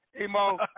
Emo